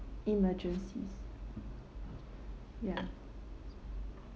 emergencies ya